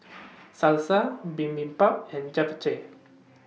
Salsa Bibimbap and Japchae